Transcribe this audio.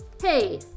Hey